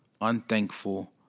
unthankful